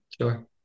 Sure